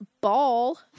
ball